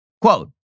Quote